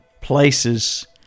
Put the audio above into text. places